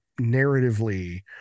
narratively